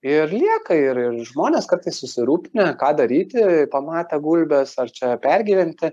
ir lieka ir ir žmonės kartais susirūpinę ką daryti pamatę gulbes ar čia pergyventi